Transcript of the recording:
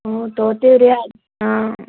ಹ್ಞೂ ತಗೊತೀವಿ ರೀ ಐತಿ ಹ್ಞೂ